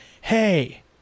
hey